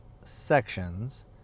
sections